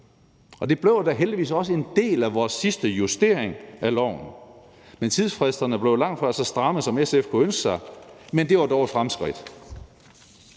Det blev da heldigvis også en del af vores sidste justering af loven, men tidsfristerne blev langtfra så stramme, som SF kunne ønske sig, men det var dog et fremskridt.